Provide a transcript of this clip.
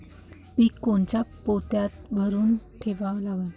पीक कोनच्या पोत्यात भरून ठेवा लागते?